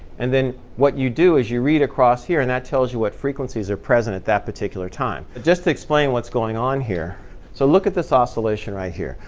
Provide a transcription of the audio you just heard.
and then what you do is you read across here, and that tells you what frequencies are present at that particular time. just to explain what's going on here so look at this oscillation right here.